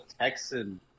Texan